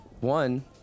One